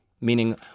Meaning